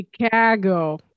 Chicago